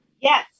Yes